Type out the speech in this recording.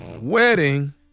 Wedding